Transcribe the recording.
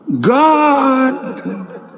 God